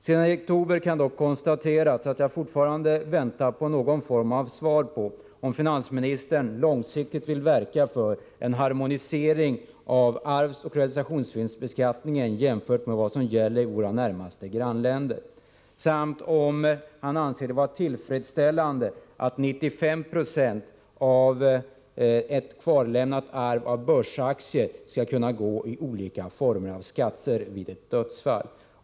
Sedan i oktober kan konstateras att jag fortfarande väntar på någon form av svar på om finansministern långsiktigt vill verka för en harmonisering av arvsoch realisationsvinstbeskattningen till vad som gäller i våra närmaste grannländer, samt om han anser det vara tillfredsställande att vid ett dödsfall 95 Jo av ett kvarlämnat arv av börsaktier skall kunna utkrävas i olika former av skatter.